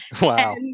Wow